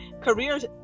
careers